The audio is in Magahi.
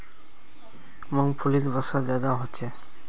मूंग्फलीत वसा ज्यादा होचे